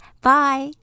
Bye